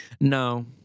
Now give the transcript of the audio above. No